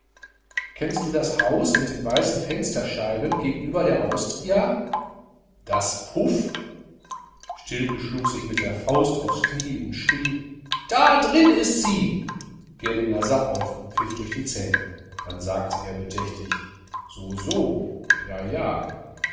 kennst du das haus mit den weißen fensterscheiben gegenüber der austria das puff stilpe schlug sich mit der faust aufs knie und schrie da drin ist sie girlinger sah auf und pfiff durch die zähne dann sagte er sehr bedächtig so so ja ja